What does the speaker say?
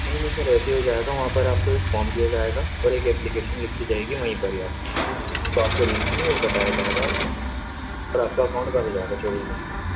نہیں نہیں سر ایسے ہو جائے گا وہاں پر آپ کو ایک فارم دیا جائے گا اور ایک اپلیکیشن لکھی جائے گی وہیں پر ہی آپ کی تو آپ کو ریزن وہ بتایا جائے گا آپ کا اور آپ کا اکاؤنٹ بند ہو جائے گا چوبیس گھنٹے میں